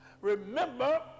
remember